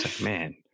man